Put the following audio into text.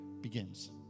begins